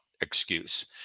excuse